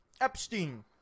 Epstein